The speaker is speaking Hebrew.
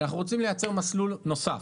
אנחנו רוצים לייצר מסלול נוסף.